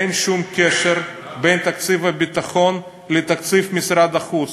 אין שום קשר בין תקציב הביטחון לתקציב משרד החוץ.